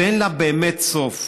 שאין לה באמת סוף,